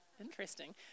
Interesting